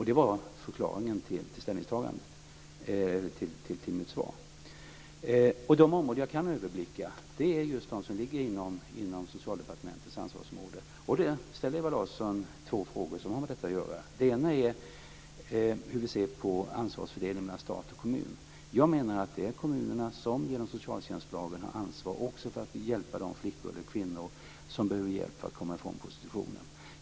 Det är förklaringen till mitt svar. De områden jag kan överblicka är just de som ligger inom Socialdepartementets ansvarsområde. Där ställer Ewa Larsson två frågor som har med detta problem att göra. Det ena är hur vi ser på ansvarsfördelningen mellan stat och kommun. Jag menar att det är kommunerna som genom socialtjänstlagen har ansvar också för att hjälpa de flickor eller kvinnor som behöver hjälp för att komma ifrån prostitutionen.